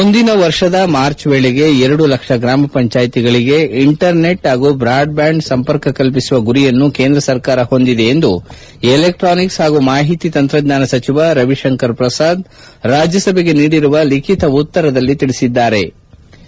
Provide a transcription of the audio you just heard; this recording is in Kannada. ಮುಂದಿನ ವರ್ಷದ ಮಾರ್ಚ್ ವೇಳೆಗೆ ಎರಡು ಲಕ್ಷ ಗ್ರಾಮ ಪಂಚಾಯಿತಿಗಳಿಗೆ ಇಂಟರ್ನೆಟ್ ಹಾಗೂ ಭಾಡ್ ಬ್ನಾಂಡ್ ಸಂಪರ್ಕ ಕಲಿಸುವ ಗುರಿಯನ್ನು ಕೇಂದ್ರ ಸರ್ಕಾರ ಹೊಂದಿದೆ ಎಂದು ಎಲೆಕ್ಸಾನಿಕ್ಸ್ ಹಾಗೂ ಮಾಹಿತಿ ತಂತ್ರಜ್ಞಾನ ಸಚಿವ ರವಿಶಂಕರ್ ಪ್ರಸಾದ್ ರಾಜ್ಞಸಭೆಗೆ ನೀಡಿರುವ ಲಿಖಿತ ಉತ್ಸರದಲ್ಲಿ ತಿಳಿಸಿದ್ಗಾರೆ